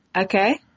Okay